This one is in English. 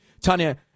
Tanya